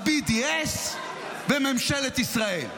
ה-BDS וממשלת ישראל,